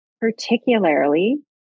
particularly